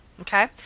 Okay